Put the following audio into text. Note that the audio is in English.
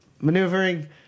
Maneuvering